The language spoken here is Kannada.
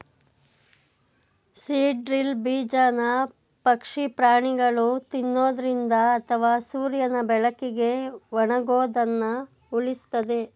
ಸೀಡ್ ಡ್ರಿಲ್ ಬೀಜನ ಪಕ್ಷಿ ಪ್ರಾಣಿಗಳು ತಿನ್ನೊದ್ರಿಂದ ಅಥವಾ ಸೂರ್ಯನ ಬೆಳಕಿಗೆ ಒಣಗೋದನ್ನ ಉಳಿಸ್ತದೆ